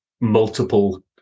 multiple